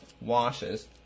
washes